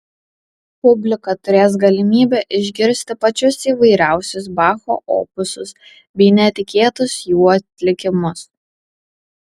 publika turės galimybę išgirsti pačius įvairiausius bacho opusus bei netikėtus jų atlikimus